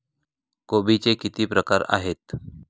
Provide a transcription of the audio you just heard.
कोबीचे किती प्रकार आहेत?